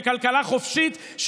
בכלכלת חופשית,